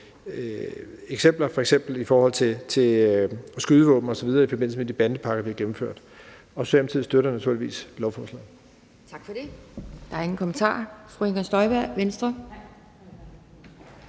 eksempler, f.eks. i forhold til skydevåben i forbindelse med de bandepakker, vi har gennemført. Socialdemokratiet støtter naturligvis lovforslaget.